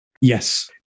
Yes